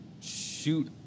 shoot